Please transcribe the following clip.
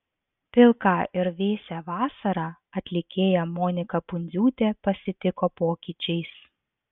pilką ir vėsią vasarą atlikėja monika pundziūtė pasitiko pokyčiais